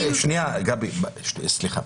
שנייה, גבי, סליחה.